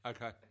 Okay